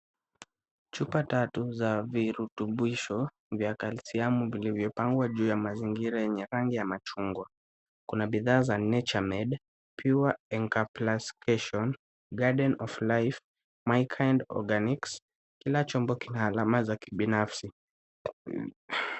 Chupa tatu za virutubisho vya kalsiamu vilivyo pangwa juu ya mazingira yenye rangi ya machungwa. Kuna bidhaa za nature-made: pua encapsulation, garden of life, my kind organics, kila chombo kina alama za kibinafsi.